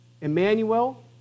Emmanuel